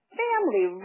family